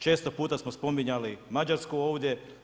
Često puta smo spominjali Mađarsku ovdje.